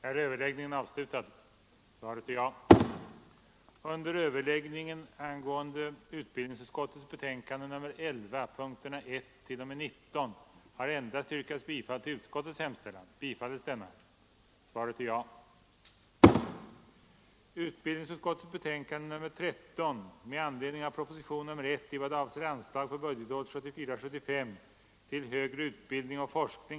I fråga om detta betänkande hålles gemensam överläggning för samtliga punkter. Under den gemensamma överläggningen får yrkanden framställas beträffande samtliga punkter i betänkandet. I det följande redovisas endast den punkt, vid vilken under överläggningen framställts särskilda yrkanden.